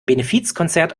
benefizkonzert